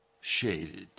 shaded